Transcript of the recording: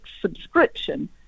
subscription